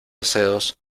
deseos